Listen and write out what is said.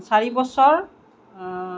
চাৰিবছৰ